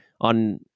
on